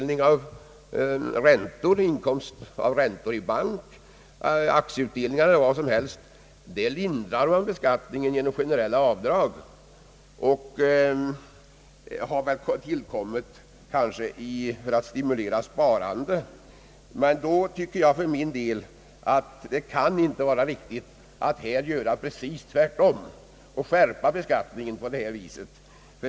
När det gäller inkomst av bankräntor, aktieutdelningar och liknande lindrar man beskattningen genom generella avdrag som kanske tillkommit för att stimulera sparandet. Men då tycker jag att det inte kan vara riktigt att här göra precis tvärtom och skärpa beskattningen på detta sätt.